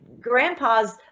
grandpa's